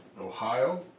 Ohio